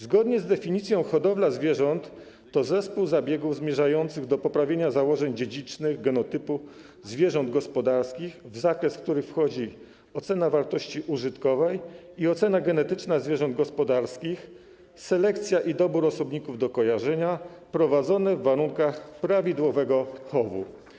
Zgodnie z definicją, hodowla zwierząt to zespół zabiegów zmierzających do poprawienia założeń dziedzicznych, genotypu zwierząt gospodarskich, w zakres których wchodzi ocena wartości użytkowej, ocena genetyczna zwierząt gospodarskich, selekcja i dobór osobników do kojarzenia prowadzony w warunkach prawidłowego chowu.